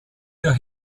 der